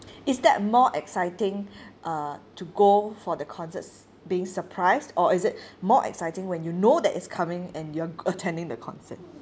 is that more exciting uh to go for the concerts being surprised or is it more exciting when you know that it's coming and you're attending the concert